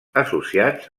associats